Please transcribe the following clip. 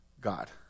God